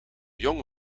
jong